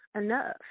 enough